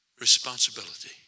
responsibility